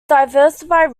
diversified